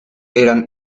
eran